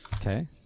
Okay